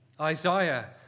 Isaiah